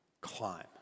climb